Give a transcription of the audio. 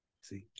See